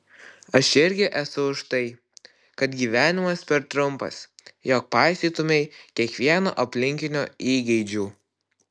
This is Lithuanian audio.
aš irgi esu už tai kad gyvenimas per trumpas jog paisytumei kiekvieno aplinkinio įgeidžių